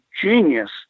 genius